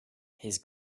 his